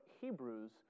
Hebrews